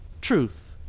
truth